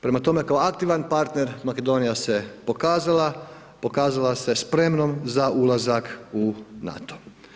Prema tome, ako aktivan partner Makedonija se pokazala, pokazala se spremnom za ulazak u NATO.